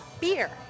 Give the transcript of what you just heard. beer